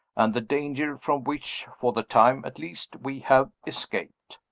and the danger from which, for the time at least, we have escaped.